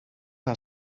are